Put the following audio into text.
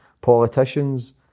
politicians